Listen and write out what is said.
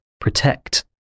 protect